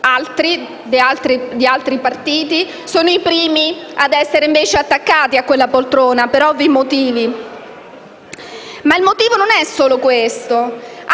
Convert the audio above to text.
gli altri partiti sono i primi a essere invece attaccati a quella poltrona, per ovvi motivi. Ma il motivo non è solo questo.